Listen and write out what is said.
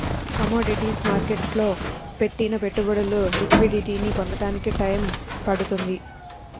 commodities మార్కెట్టులో పెట్టిన పెట్టుబడులు లిక్విడిటీని పొందడానికి టైయ్యం పడుతుంది